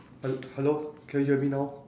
he~ hello can you hear me now